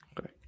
Okay